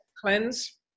cleanse